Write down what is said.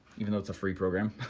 even though it's a free program.